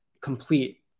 complete